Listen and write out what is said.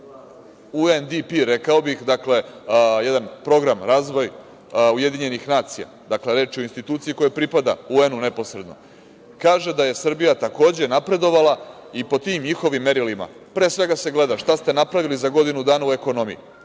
UNDP, rekao bih, jedan program za razvoj UN, reč je o instituciji koja pripada UN neposredno, kaže da je Srbija takođe napredovala i po tim njihovim merilima. Pre svega se gleda šta ste napravili za godinu dana u ekonomiji,